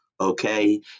Okay